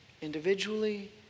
Individually